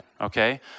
okay